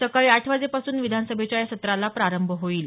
सकाळी आठ वाजेपासून विधानसभेच्या या सत्राला प्रारंभ होईल